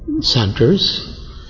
centers